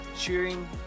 cheering